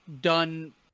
done